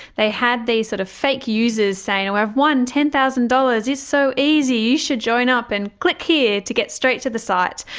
they had these sort of fake users saying, i've won ten thousand dollars. it's so easy. you should join up. and click here to get straight to the site.